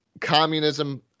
communism –